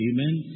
Amen